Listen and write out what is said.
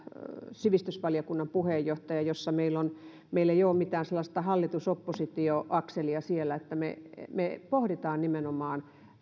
puheenjohtaja sivistysvaliokunnassa jossa meillä ei ole mitään sellaista hallitus oppositio akselia vaan me pohdimme nimenomaan